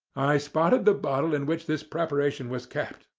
i spotted the bottle in which this preparation was kept,